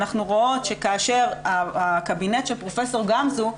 אנחנו רואות שהקבינט של פרופ' גמזו,